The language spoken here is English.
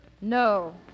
No